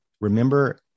Remember